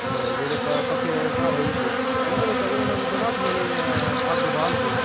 जेह्ड़े पक्के घर होई गे इंदे बिच्च अगर हून अस बसाठियें लेइयै अग्ग बालगे